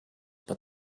but